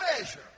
measure